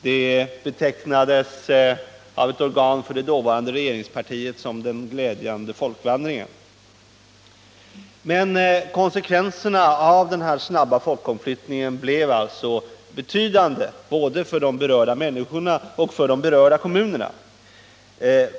I ett organ för det dåvarande regeringspartiet talades det om den glädjande folkvandringen. Konsekvenserna av den snabba folkomflyttningen blev emellertid betydande, såväl för de berörda människorna som för de berörda kommunerna.